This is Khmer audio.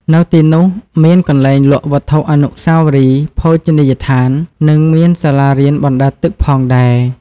នៅទីនោះមានកន្លែងលក់វត្ថុអនុស្សាវរីយ៍ ភោជនីយដ្ឋាន និងមានសាលារៀនបណ្តែតទឹកផងដែរ។